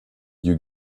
you